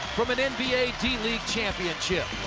from an and nba d-league championship.